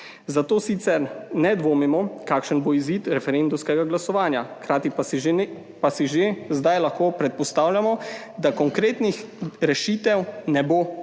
Zato sicer ne dvomimo, kakšen bo izid referendumskega glasovanja, hkrati pa si že zdaj lahko predpostavljamo, da konkretnih rešitev ne bo nič